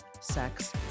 sex